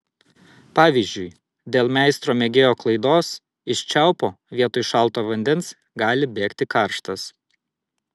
pavyzdžiui dėl meistro mėgėjo klaidos iš čiaupo vietoj šalto vandens gali bėgti karštas